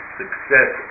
success